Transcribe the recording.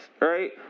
right